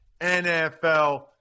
NFL